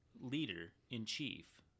leader-in-chief